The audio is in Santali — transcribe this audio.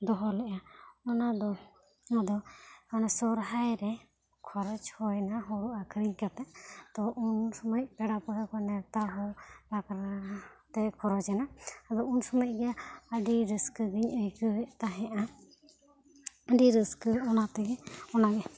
ᱫᱚᱦᱚ ᱞᱮᱫᱟ ᱚᱱᱟᱫᱚ ᱟᱫᱚ ᱚᱱᱟ ᱥᱚᱨᱦᱟᱭ ᱨᱮ ᱠᱷᱚᱨᱚᱪ ᱦᱩᱭ ᱮᱱᱟ ᱦᱳᱲᱳ ᱟᱠᱷᱨᱤᱧ ᱠᱟᱛᱮ ᱛᱚ ᱩᱱ ᱥᱚᱢᱚᱭ ᱯᱮᱲᱟ ᱯᱟᱹᱣᱨᱟᱹ ᱠᱚ ᱱᱮᱣᱛᱟ ᱦᱚᱸ ᱟᱠᱟᱱᱟ ᱛᱮ ᱠᱷᱚᱨᱚᱪ ᱮᱱᱟ ᱩᱱ ᱥᱚᱢᱚᱭ ᱜᱮ ᱟᱹᱰᱤ ᱨᱟᱹᱥᱠᱟᱹᱛᱤᱧ ᱟᱭᱠᱟᱹᱣᱮᱫ ᱛᱟᱦᱮᱱᱟ ᱟᱹᱰᱤ ᱨᱟᱹᱥᱠᱟᱹ ᱚᱱᱟ ᱜᱮ